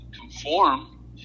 conform